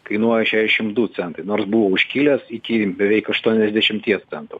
kainuoja šešiasdešim du centai nors buvo užkilęs iki beveik aštuoniasdešimties centų